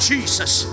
Jesus